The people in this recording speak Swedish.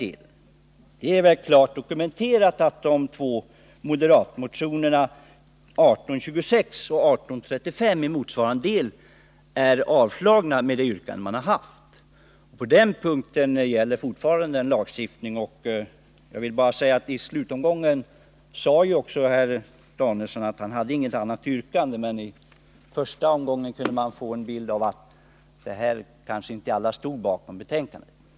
Det är väl klart dokumenterat att de två moderatmotionerna 1826 och 1835 i motsvarande del har avstyrkts. På de områden som dessa motioner berör gäller fortfarande lagstiftningen. I sitt senaste anförande sade också Bertil Danielsson att han inte hade något annat yrkande än utskottets, men av hans tidigare anförande kunde man få uppfattningen att inte alla stod bakom betänkandet i denna del.